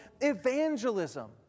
evangelism